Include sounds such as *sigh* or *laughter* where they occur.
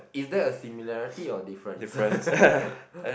is there a similarity or difference *laughs*